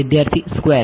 વિદ્યાર્થી સ્ક્વેર